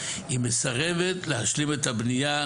היא מסרבת להשלים את הבנייה,